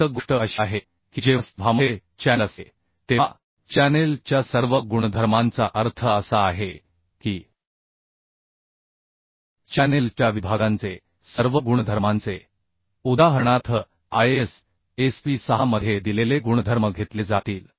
फक्त गोष्ट अशी आहे की जेव्हा स्तंभामध्ये चॅनेल असते तेव्हा चॅनेल च्या सर्व गुणधर्मांचा अर्थ असा आहे की चॅनेल च्या विभागांचे सर्व गुणधर्मांचे उदाहरणार्थ IS SP6 मध्ये दिलेले गुणधर्म घेतले जातील